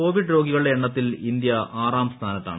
Covid രോഗിക്ട്ളുടെ എണ്ണത്തിൽ India ആറാം സ്ഥാനത്താണ്